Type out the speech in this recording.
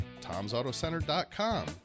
tomsautocenter.com